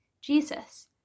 Jesus